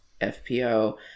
FPO